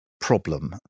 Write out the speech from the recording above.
problem